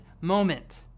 moment